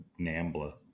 Nambla